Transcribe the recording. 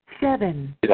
Seven